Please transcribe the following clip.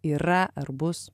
yra ar bus